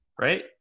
right